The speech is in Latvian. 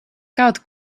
kaut